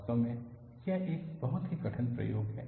वास्तव में यह एक बहुत ही कठिन प्रयोग है